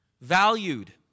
valued